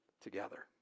together